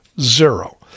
zero